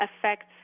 affects